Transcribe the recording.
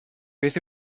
beth